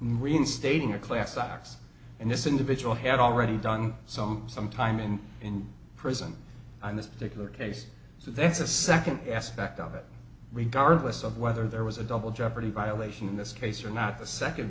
reinstating a class i x and this individual had already done some some time in prison on this particular case so that's a second aspect of it regardless of whether there was a double jeopardy violation in this case or not the second